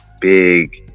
big